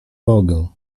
mogę